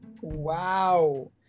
wow